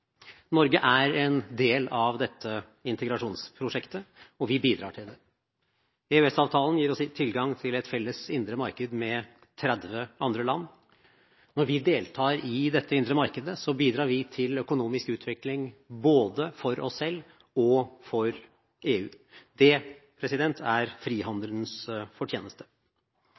Norge er en del av dette integrasjonsprosjektet, og vi bidrar til det. EØS-avtalen gir oss tilgang til et felles indre marked med 30 andre land. Når vi deltar i dette indre markedet, bidrar vi til økonomisk utvikling både for oss selv og for EU. Det er frihandelens fortjeneste.